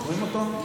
זוכרים אותו?